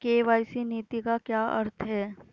KYC नीति का क्या अर्थ है?